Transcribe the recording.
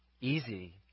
Easy